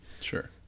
sure